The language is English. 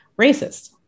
racist